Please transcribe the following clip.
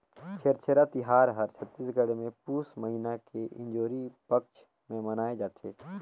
छेरछेरा तिहार हर छत्तीसगढ़ मे पुस महिना के इंजोरी पक्छ मे मनाए जथे